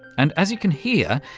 and as you can hear,